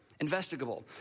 investigable